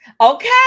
Okay